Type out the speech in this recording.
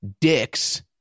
dicks